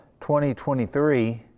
2023